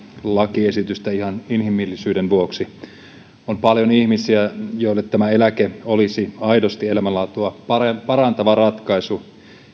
lakiesitystä ihan inhimillisyyden vuoksi on paljon ihmisiä joille tämä eläke olisi aidosti elämänlaatua parantava ratkaisu